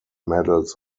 medals